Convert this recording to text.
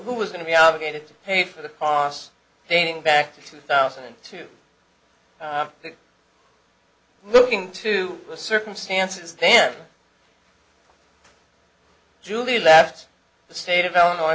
who was going to be obligated to pay for the costs dating back to two thousand and two looking to the circumstances then julie left the state of illinois